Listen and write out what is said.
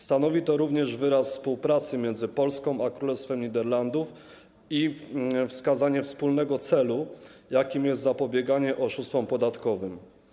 Stanowi to również wyraz współpracy między Polską a Królestwem Niderlandów i wskazanie wspólnego celu, jakim jest zapobieganie oszustwom podatkowym.